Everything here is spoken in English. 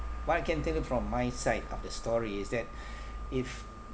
what I can tell you from my side of the story is that if